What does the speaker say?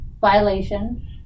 violation